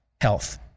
health